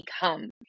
become